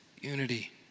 unity